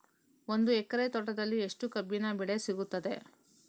ಒಂದು ಎಕರೆ ತೋಟದಲ್ಲಿ ಎಷ್ಟು ಕಬ್ಬಿನ ಬೆಳೆ ಸಿಗುತ್ತದೆ?